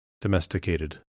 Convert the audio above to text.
Domesticated